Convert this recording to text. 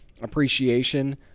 appreciation